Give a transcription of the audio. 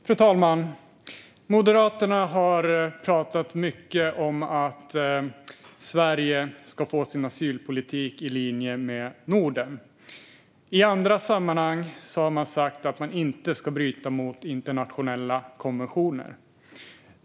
Fru talman! Moderaterna har pratat mycket om att Sverige ska lägga sin asylpolitik i linje med Nordens. I andra sammanhang har man sagt att man inte ska bryta mot internationella konventioner.